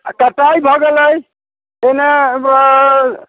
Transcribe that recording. टटाइ भऽ गेलै ओने बऽ